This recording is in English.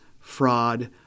Fraud